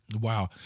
Wow